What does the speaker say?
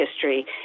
history